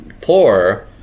poor